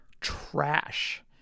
Trash